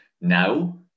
Now